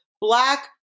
black